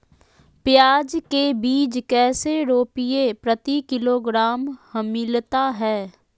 प्याज के बीज कैसे रुपए प्रति किलोग्राम हमिलता हैं?